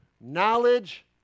knowledge